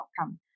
outcome